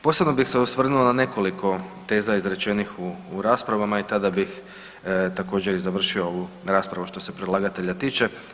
Posebno bih se osvrnuo na nekoliko teza izrečenih u raspravama i tada bih također i završio ovu raspravu što se predlagatelja tiče.